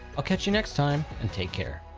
i'll catch you next time and take care.